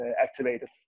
activated